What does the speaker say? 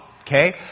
okay